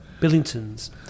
Billingtons